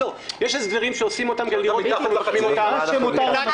יש הסדרים שעושים אותם כדי לראות איפה ממקמים אותם וכו'.